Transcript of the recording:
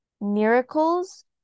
miracles